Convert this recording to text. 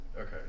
Okay